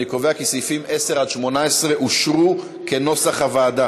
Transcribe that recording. אני קובע כי סעיפים 10 18 התקבלו כנוסח הוועדה.